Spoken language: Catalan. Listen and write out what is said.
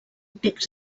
texts